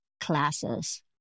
classes